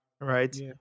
right